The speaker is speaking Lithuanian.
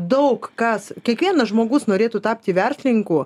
daug kas kiekvienas žmogus norėtų tapti verslininku